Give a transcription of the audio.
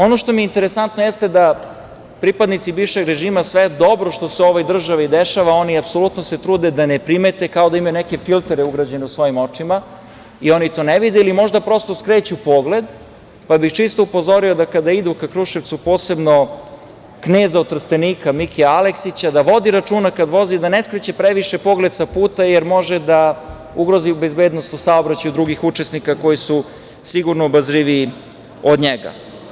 Ono što mi je interesantno jeste da pripadnici bivšeg režima sve dobro što se u ovoj državi dešava se apsolutno trude da ne primete, kao da imaju neke filtere ugrađene u svojim očima i oni to ne vide ili možda prosto skreću pogled, pa bih čisto upozorio da kada idu ka Kruševcu, posebno od Trstenika Mikija Aleksića, da vodi računa kad vozi, da ne skreće previše pogled sa puta, jer može da ugrozi bezbednost u saobraćaju i druge učesnike koji su sigurno obazriviji od njega.